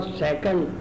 second